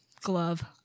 glove